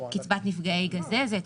קצבת נפגעי גזזת,